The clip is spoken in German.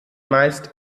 meist